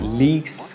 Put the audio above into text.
leaks